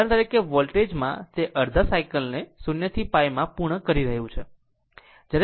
ઉદાહરણ તરીકે વોલ્ટેજ તે માં અડધા સાયકલ ને 0 થી π માં પૂર્ણ કરી રહ્યું છે